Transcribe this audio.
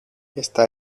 está